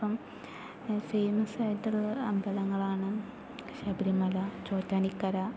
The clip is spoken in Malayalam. ഇപ്പോൾ ഫേമസ് ആയിട്ടുള്ള അമ്പലങ്ങളാണ് ശബരിമല ചോറ്റാനിക്കര